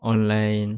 online